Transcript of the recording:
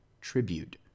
Tribute